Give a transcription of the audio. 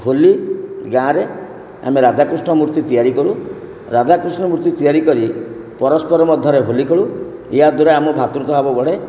ହୋଲି ଗାଁରେ ଆମେ ରାଧାକୃଷ୍ଣ ମୂର୍ତ୍ତି ତିଆରି କରୁ ରାଧାକୃଷ୍ଣ ମୂର୍ତ୍ତି ତିଆରି କରି ପରସ୍ପର ମଧ୍ୟରେ ହୋଲି ଖେଳୁ ଏହାଦ୍ଵାରା ଆମ ଭାତୃତ୍ଵ ଭାବ ବଢ଼େ